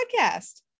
podcast